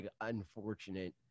unfortunate